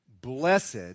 Blessed